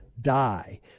die